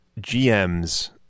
GMs